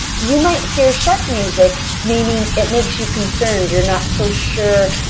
you might hear shark music, meaning it makes you concerned. you are not so sure